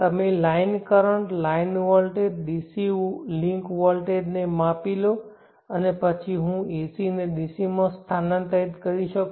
તમે line current line voltage DC link વોલ્ટેજને માપી લો અને પછી હું AC ને DC માં સ્થાનાંતરિત કરી શકું